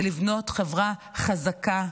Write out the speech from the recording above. שהן לבנות חברה חזקה,